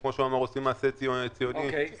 כמו שהוא אמר, הוא עושה מעשה ציוני גדול.